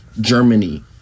Germany